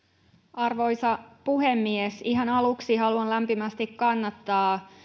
arvoisa puhemies ihan aluksi haluan lämpimästi kannattaa